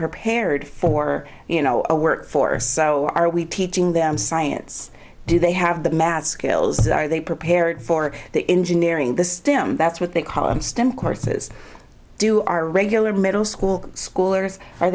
prepared for you know a workforce so are we teaching them science do they have the math skills are they prepared for the engineering the stem that's what they call in stem courses do are regular middle school schoolers are